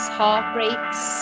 heartbreaks